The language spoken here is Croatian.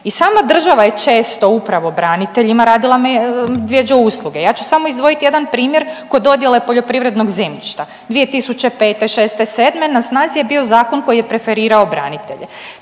i sama država je često upravo braniteljima radila medvjeđe usluge. Ja ću samo izdvojiti jedan primjer kod dodjele poljoprivrednog zemljišta. 2005., 6., 7. na snazi je bio Zakon koji je preferirao branitelje.